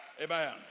Amen